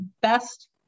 best